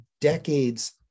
decades